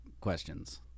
questions